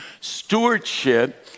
Stewardship